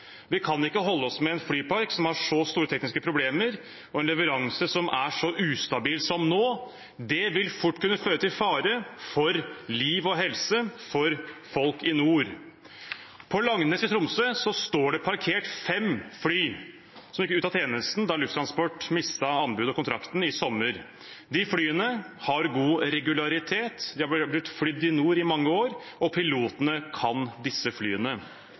Vi kan ikke holde oss med en flypark som har så store tekniske problemer, og en leveranse som er så ustabil som nå. Det vil fort kunne føre til fare for liv og helse for folk i nord. På Langnes i Tromsø står det parkert fem fly som gikk ut av tjenesten da Lufttransport tapte anbudet og mistet kontrakten i sommer. De flyene har god regularitet, de er blitt flydd i nord i mange år, og pilotene kan disse flyene.